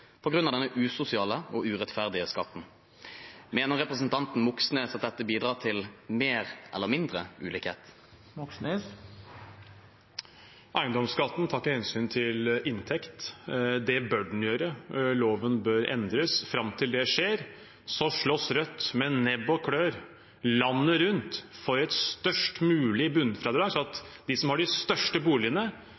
denne usosiale og urettferdige skatten. Mener representanten Moxnes at dette bidrar til mer eller mindre ulikhet? Eiendomsskatten tar ikke hensyn til inntekt. Det bør den gjøre. Loven bør endres. Fram til det skjer, slåss Rødt med nebb og klør, landet rundt, for et størst mulig bunnfradrag, sånn at